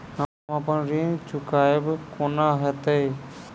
हम अप्पन ऋण चुकाइब कोना हैतय?